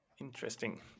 Interesting